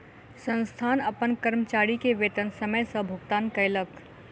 संस्थान अपन कर्मचारी के वेतन समय सॅ भुगतान कयलक